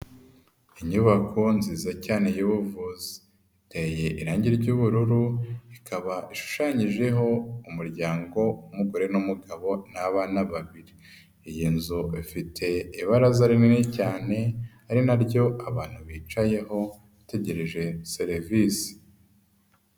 Inyubako nziza cyane y'ubuvuzi, iteye irangi ry'ubururu, ikaba ishushanyijeho umuryango w'umugore n'umugabo n'abana babiri, iyi nzu ifite ibaraza rinini cyane ari naryo abantu bicayeho bategereje serivisi.